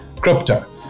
crypto